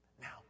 Now